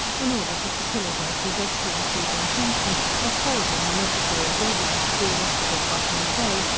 in order to facilitate his excellency's intention of forwarding the necessary buildings to be erected at botany bay,